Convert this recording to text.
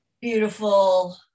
beautiful